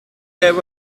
care